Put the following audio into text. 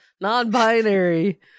non-binary